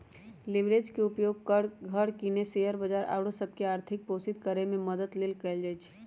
leverage के उपयोग घर किने, शेयर बजार आउरो सभ के आर्थिक पोषित करेमे मदद लेल कएल जा सकइ छै